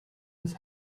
his